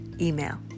email